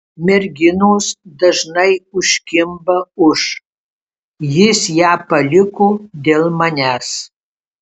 merginos dažnai užkimba už jis ją paliko dėl manęs